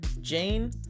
Jane